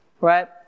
right